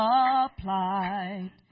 applied